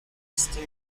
foster